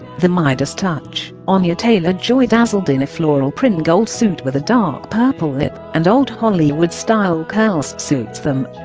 the midas touch! anya taylor-joy dazzled in a floral print gold suit with a dark purple lip and old hollywood style curls suits them!